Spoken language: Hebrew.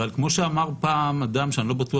אבל כמו שאמר פעם אדם שאני לא בטוח